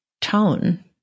tone